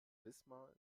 wismar